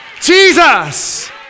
Jesus